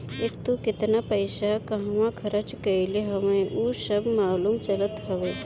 एके तू केतना पईसा कहंवा खरच कईले हवअ उ सब मालूम चलत हवे